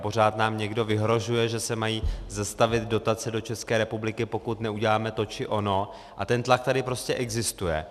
Pořád nám někdo vyhrožuje, že se mají zastavit dotace do České republiky, pokud neuděláme to či ono, a ten tlak tady prostě existuje.